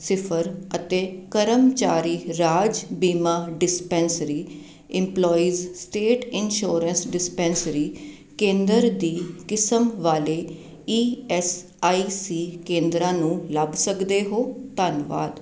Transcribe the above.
ਸਿਫਰ ਅਤੇ ਕਰਮਚਾਰੀ ਰਾਜ ਬੀਮਾ dispensary employees state insurance dispensary ਕੇਂਦਰ ਦੀ ਕਿਸਮ ਵਾਲੇ ਈ ਐੱਸ ਆਈ ਸੀ ਕੇਂਦਰਾਂ ਨੂੰ ਲੱਭ ਸਕਦੇ ਹੋ ਧੰਨਵਾਦ